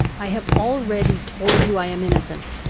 i have already told you i am innocent.